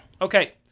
Okay